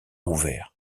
ouvert